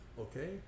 Okay